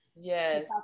Yes